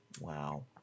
Wow